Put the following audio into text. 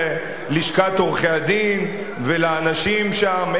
ללשכת עורכי-הדין ולאנשים שם,